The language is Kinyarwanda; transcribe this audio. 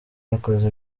yakoze